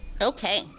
Okay